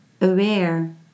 aware